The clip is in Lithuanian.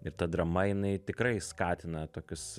ir ta drama jinai tikrai skatina tokius